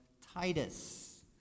Titus